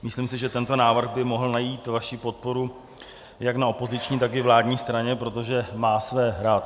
Myslím si, že tento návrh by mohl najít vaši podporu jak na opoziční, tak i vládní straně, protože má své ratio.